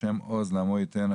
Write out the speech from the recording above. השם עוז לעמו ייתן,